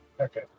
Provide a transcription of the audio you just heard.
Okay